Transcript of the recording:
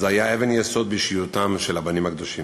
זה היה אבן יסוד באישיותם של הבנים הקדושים.